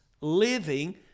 living